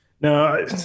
No